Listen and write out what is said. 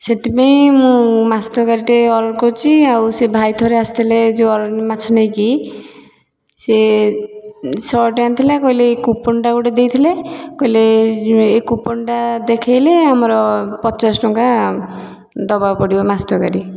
ସେଥିପାଇଁ ମୁଁ ମାଛ ତରକାରୀ ଟିକେ ଅର୍ଡର କରିଛି ଆଉ ସେ ଭାଇ ଥରେ ଆସିଥିଲେ ଅର୍ଡର ଯେଉଁ ମାଛ ନେଇକି ସେ ସେ ଶହେଟଙ୍କା ଥିଲା କହିଲେ କୁପନଟା ଗୋଟେ ଦେଇଥିଲେ କହିଲେ ଏ କୁପନଟା ଦେଖେଇଲେ ଆମର ପଚାଶଟଙ୍କା ଦେବାକୁ ପଡ଼ିବ ମାଛ ତରକାରୀ